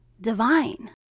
divine